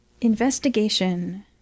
Investigation